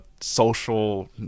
social